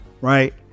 Right